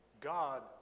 God